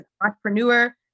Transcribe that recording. entrepreneur